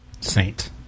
Saint